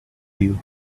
you